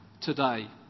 today